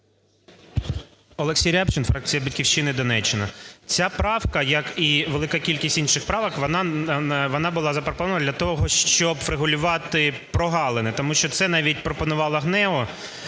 Олексій Рябчин, фракція "Батьківщина", Донеччина. Ця правка, як і велика кількість інших правок, вона була запропонована для того, щоб врегулювати прогалини, тому що це навіть пропонувало ГНЕУ